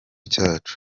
cyacu